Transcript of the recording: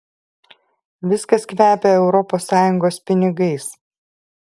viskas kvepia europos sąjungos pinigais